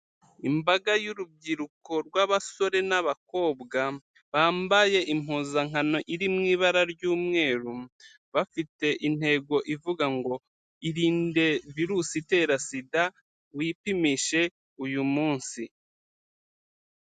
Imbaga y'urubyiruko rw'abasore n'abakobwa, bambaye impuzankano iri mu ibara ry'umweru bafite intego ivuga ngo irinde virusi itera SIDA wipimishe uyu munsi.